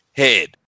head